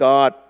God